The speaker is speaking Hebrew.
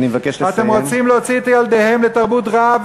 אתם רוצים להוציא את ילדיהם לתרבות רעה,